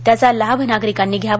त्याचा लाभ नागरिकांनी घ्यावा